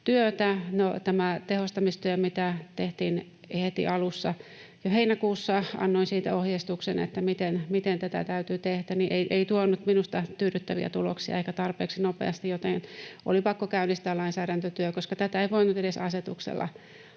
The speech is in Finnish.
tämä tehostamistyö, mitä tehtiin heti alussa — jo heinäkuussa annoin siitä ohjeistuksen, miten tätä täytyy tehdä — ei tuonut minusta tyydyttäviä tuloksia eikä tarpeeksi nopeasti, joten oli pakko käynnistää lainsäädäntötyö, koska tätä ei voinut edes asetuksella